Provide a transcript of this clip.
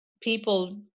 people